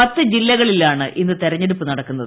പത്ത് ജില്ലകളിലാണ് ഇന്ന് തെരെഞ്ഞെടുപ്പ് നടക്കുന്നത്